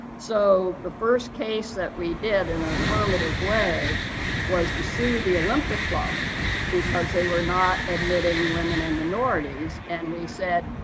so, the first case that we did in an affirmative way was to sue the olympic club because they were not admitting women and minorities. and we said,